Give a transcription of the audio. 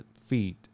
feet